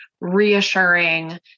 reassuring